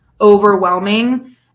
overwhelming